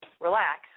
relax